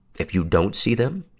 if you don't see them,